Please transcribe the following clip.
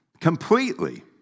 Completely